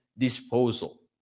disposal